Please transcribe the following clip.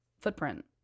footprint